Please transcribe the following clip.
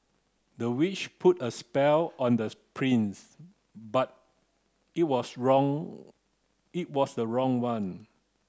the witch put a spell on this prince but it was wrong it was the wrong one